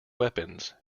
weapons